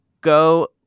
go